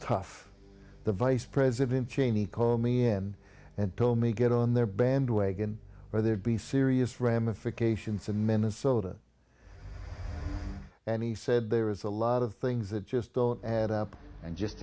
tough the vice president cheney called me in and told me get on their bandwagon or there'd be serious ramifications to minnesota and he said there is a lot of things that just don't add up and just